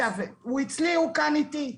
הוא אצלי, הוא כאן איתי.